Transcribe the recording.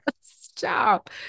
Stop